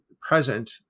present